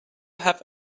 have